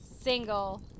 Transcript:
single